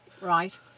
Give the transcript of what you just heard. Right